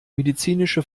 medizinische